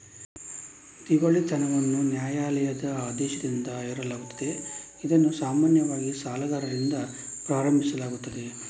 ದಿವಾಳಿತನವನ್ನು ನ್ಯಾಯಾಲಯದ ಆದೇಶದಿಂದ ಹೇರಲಾಗುತ್ತದೆ, ಇದನ್ನು ಸಾಮಾನ್ಯವಾಗಿ ಸಾಲಗಾರರಿಂದ ಪ್ರಾರಂಭಿಸಲಾಗುತ್ತದೆ